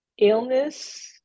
Illness